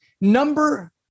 number